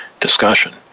discussion